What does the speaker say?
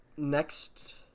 Next